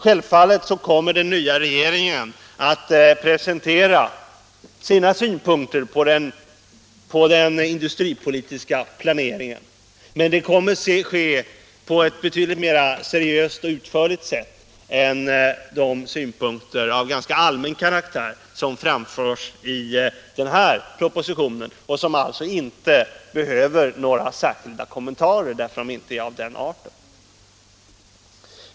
Självfallet kommer den nya regeringen att presentera sina synpunkter på den industripolitiska planeringen, men det kommer att ske på ett betydligt mer seriöst och utförligt sätt och inte som i den här propositionen, där det framförs synpunkter av ganska allmän karaktär, vilka, som sagt, är av den arten att det inte behövs några särskilda kommentarer.